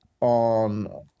on